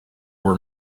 were